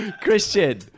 Christian